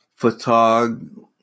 photog